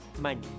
money